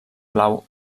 blau